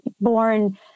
born